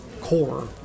core